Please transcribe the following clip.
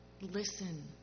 Listen